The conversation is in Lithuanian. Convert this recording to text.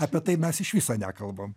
apie tai mes iš viso nekalbam